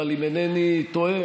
אבל אם אינני טועה,